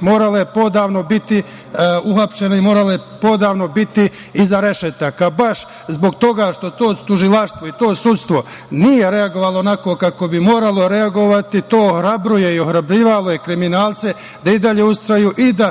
morala je poodavno biti uhapšena i morala je poodavno biti iza rešetaka. Baš zbog toga što to tužilaštvo i to sudstvo nije reagovalo onako kako bi moralo reagovati, to ohrabruje i ohrabrivalo je kriminalce da i dalje ustraju i da